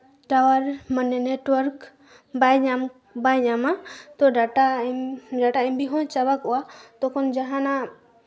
ᱭᱟᱣᱟᱨ ᱢᱟᱱᱮ network ᱵᱟᱭ ᱧᱟᱢ ᱵᱟᱭ ᱧᱟᱢᱟ ᱛᱚ ᱰᱟᱴᱟ ᱰᱟᱴᱟ ᱮᱢᱵᱤ ᱦᱚᱸ ᱪᱟᱵᱟ ᱠᱚᱜᱼᱟ ᱛᱚᱠᱷᱚᱱ ᱡᱟᱦᱟᱱᱟᱜ